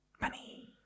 Money